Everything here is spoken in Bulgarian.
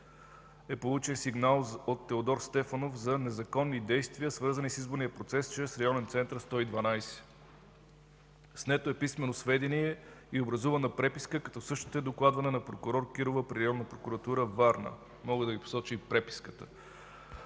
е получен сигнал от Теодор Стефанов за незаконни действия, свързани с изборния процес чрез Районен център 112. Снето е писмено сведение и образувана преписка, като същата е докладвана на прокурор Кирова в Районна прокуратура – Варна. Мога да Ви посоча и преписката.